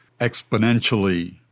exponentially